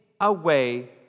away